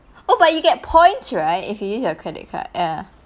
oh but you get points right if you use your credit card ya